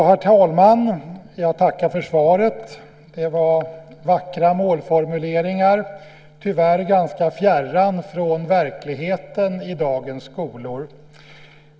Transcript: Herr talman! Jag tackar för svaret. Det var vackra målformuleringar, tyvärr ganska fjärran från verkligheten i dagens skolor.